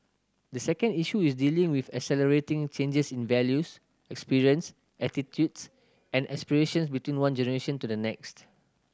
the second issue is dealing with accelerating changes in values experience attitudes and aspirations between one generation to the next